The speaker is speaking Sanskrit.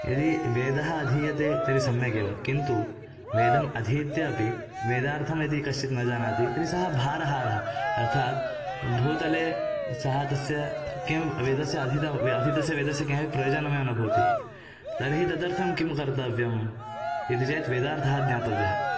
यदि वेदः अधीयते तर्हि सम्यगेव किन्तु वेदम् अधीत्य अपि वेदार्थं यदि कश्चित् न जानाति तर्हि सः भारहारः अर्थात् भूतले सः तस्य किं वेदस्य अधीतं वे अधीतस्य वेदस्य किमपि प्रयोजनमेव न भवति तर्हि तदर्थं किं कर्तव्यम् इति चेत् वेदार्थः ज्ञातव्यः